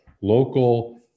local